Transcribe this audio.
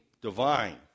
divine